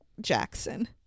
Jackson